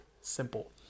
simple